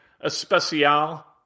especial